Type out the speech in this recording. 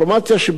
היא לא מדויקת.